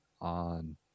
on